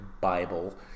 Bible